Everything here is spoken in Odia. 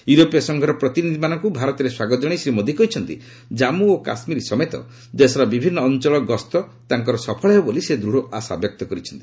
ୟୁରୋପୀୟ ସଂଘର ପ୍ରତିନିଧିମାନଙ୍କୁ ଭାରତରେ ସ୍ୱାଗତ ଜଣାଇ ଶ୍ରୀ ମୋଦୀ କହିଛନ୍ତି ଜାମ୍ମୁ ଓ କାଶ୍ମୀର ସମେତ ଦେଶର ବିଭିନ୍ନ ଅଞ୍ଚଳ ଗସ୍ତ ତାଙ୍କର ସଫଳ ହେବ ବୋଲି ସେ ଦୂଢ଼ ଆଶାବ୍ୟକ୍ତ କରିଛନ୍ତି